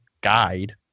guide